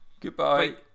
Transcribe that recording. Goodbye